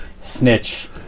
Snitch